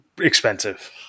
expensive